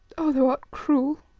oh, thou art cruel,